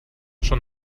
schon